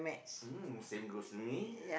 mm same goes to me